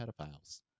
pedophiles